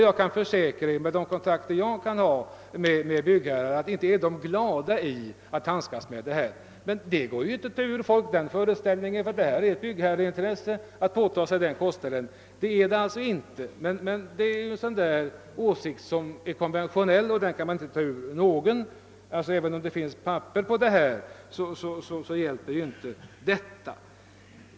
Jag kan försäkra, på grundval av de kontakter jag kan ha med byggherrar, att dessa inte är glada över att behöva handskas med detta bidrag, men det går inte att ta ur folk den föreställningen, att det är ett byggherreintresse att ta på sig den kostnaden. Det är det alltså inte, men detta är en sådan konventionell åsikt som ibland förekommer — även om det finns papper på motsatsen, så hjälper det inte mycket.